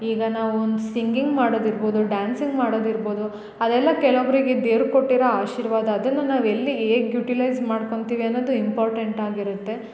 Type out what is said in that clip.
ಈಗ ನಾವೊಂದು ಸಿಗಿಂಗ್ ಮಾಡೋದು ಇರ್ಬೋದು ಡಾನ್ಸಿಂಗ್ ಮಾಡದು ಇರ್ಬೋದು ಅದೆಲ್ಲ ಕೆಲೊಬ್ಬರಿಗೆ ದೇವ್ರು ಕೊಟ್ಟಿರ ಆಶೀರ್ವಾದ ಅದನ್ನು ನಾವು ಎಲ್ಲಿ ಹೇಗೆ ಯುಟಿಲೈಜ್ ಮಾಡ್ಕೊಂತೀವಿ ಅನ್ನೊದು ಇಂಪಾರ್ಟೆಂಟ್ ಆಗಿರುತ್ತೆ